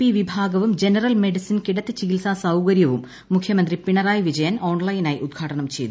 P വിഭാഗവും general medicine കിടത്തി ചികിത്സാ സൌകര്യവും മുഖ്യമന്ത്രി പിണറായി വിജയൻ ഓൺലൈനായി ഉദ്ഘാടനം ചെയ്തു